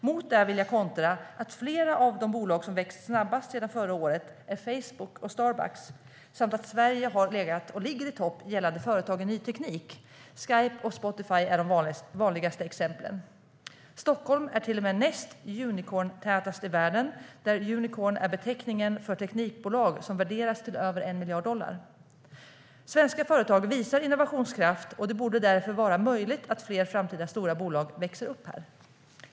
Mot detta vill jag kontra med att flera av de bolag som växt snabbast sedan förra året är Facebook och Starbucks samt att Sverige har legat och ligger i topp gällande företag i ny teknik - Skype och Spotify är de vanligaste exemplen. Stockholm är till och med näst unicorntätast i världen, där "unicorn" är beteckningen för teknikbolag som värderas till över 1 miljard dollar. Svenska företag visar innovationskraft, och det borde därför vara möjligt att fler framtida stora bolag växer upp här.